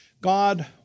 God